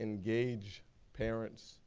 engage parents,